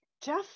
Jeff